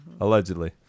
Allegedly